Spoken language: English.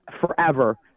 forever